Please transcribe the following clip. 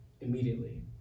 immediately